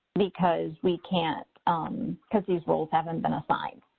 because we can't um because these roles haven't been assigned.